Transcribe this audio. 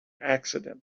accident